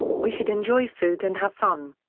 we should enjoy food and have fun.